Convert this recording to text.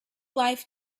life